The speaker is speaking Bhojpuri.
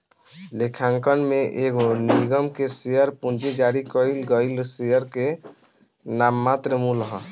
लेखांकन में एगो निगम के शेयर पूंजी जारी कईल गईल शेयर के नाममात्र मूल्य ह